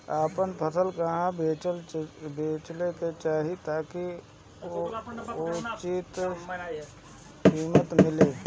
आपन फसल कहवा बेंचे के चाहीं ताकि उचित कीमत मिली?